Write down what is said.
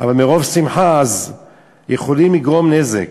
אבל מרוב שמחה הם יכולים לגרום נזק.